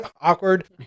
awkward